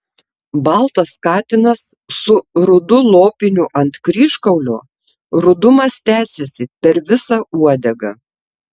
baltas katinas su rudu lopiniu ant kryžkaulio rudumas tęsėsi per visą uodegą